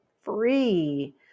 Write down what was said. free